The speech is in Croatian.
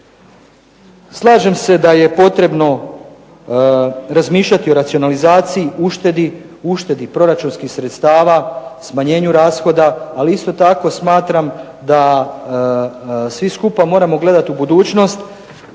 Slažem se da je potrebno razmišljati o racionalizaciji, uštedi, uštedi proračunskih sredstava, smanjenju rashoda, ali isto tako smatram da svi skupa moramo gledati u budućnost,